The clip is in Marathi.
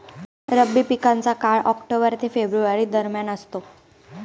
रब्बी पिकांचा काळ ऑक्टोबर ते फेब्रुवारी दरम्यान असतो